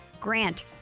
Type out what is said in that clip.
Grant